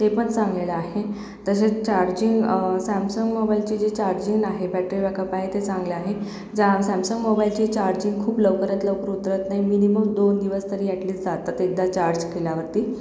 तेपण चांगले आहे तसेच चार्जिंग सॅमसंग मोबाईलचे जे चार्जिंग आहे बॅटरी बॅकअप आहे ते चांगले आहे ज्या सॅमसंग मोबाईलचे चार्जिंग खूप लवकरात लवकर उतरत नाहीे मिनिमम दोन दिवस तरी ऍटलीस जातं ते एकदा चार्ज केल्यावरती